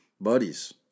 buddies